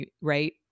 Right